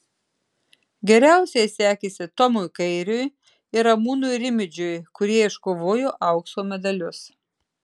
geriausiai sekėsi tomui kairiui ir ramūnui rimidžiui kurie iškovojo aukso medalius